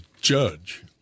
Judge